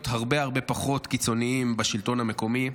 הרבה הרבה פחות קיצוניים בשלטון המקומי.